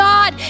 God